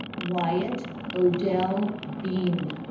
wyatt odell beane